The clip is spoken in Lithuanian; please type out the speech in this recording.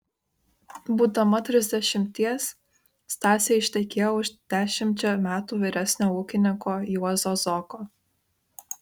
būdama trisdešimties stasė ištekėjo už dešimčia metų vyresnio ūkininko juozo zoko